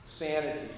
Sanity